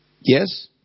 Yes